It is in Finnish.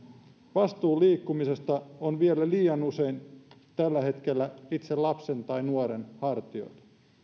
vastuu liikkumisesta on liian usein vielä tällä hetkellä itsensä lapsen tai nuoren hartioilla